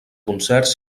concerts